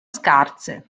scarse